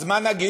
אז מה נגיד,